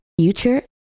Future